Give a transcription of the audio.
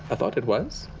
i thought it was,